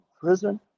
prison